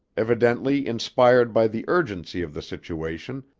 evidently inspired by the urgency of the situation,